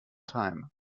time